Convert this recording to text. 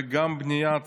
וגם על בניית